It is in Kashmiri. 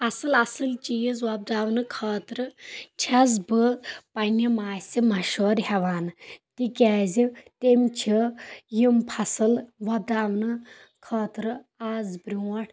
اَصٕل اَصٕل چیٖز وۄپداونہٕ خٲطرٕ چھَس بہٕ پَنٕنہِ ماسہِ مشور ہیٚوان تِکیازِ تٔمۍ چھِ یِم فصٕل وۄپداونہٕ خٲطرٕ آز برونٛٹھ